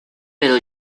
pero